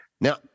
Now